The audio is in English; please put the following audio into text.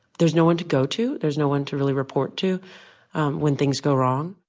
there's no one to go to. there's no one to really report to when things go wrong.